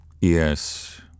Yes